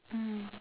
mm